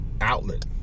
outlet